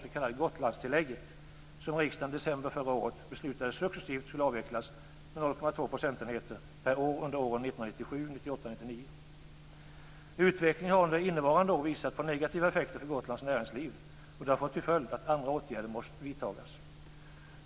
Så till sist, herr talman, några ord om det s.k. 1999. Utvecklingen har under innevarande år visat på negativa effekter för Gotlands näringsliv, vilket har fått till följd att andra åtgärder måst vidtagas.